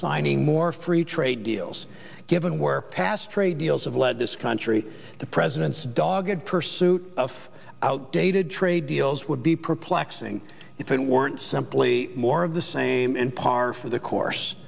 signing more free trade deals given where past trade deals have lead this country the president's dogged pursuit of outdated trade deals would be perplexing if it weren't simply more of the same and par for the course